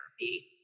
therapy